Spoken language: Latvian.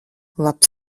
labs